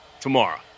tomorrow